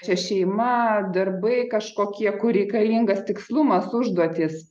čia šeima darbai kažkokie kur reikalingas tikslumas užduotys